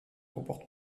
comporte